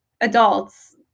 adults